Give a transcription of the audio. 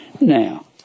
Now